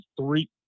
three